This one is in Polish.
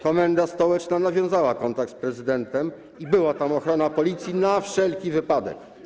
Komenda stołeczna nawiązała kontakt z prezydentem i była tam ochrona policji na wszelki wypadek.